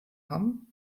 hamm